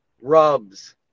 rubs